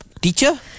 Teacher